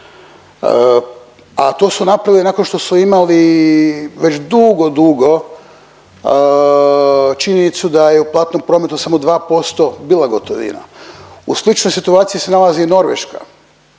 a to su napravili nakon što su imali već dugo, dugo činjenicu da je u platnom prometu samo 2% bila gotovina. U sličnoj situaciji se nalazi i Norveška,